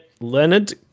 Leonard